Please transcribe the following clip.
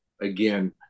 again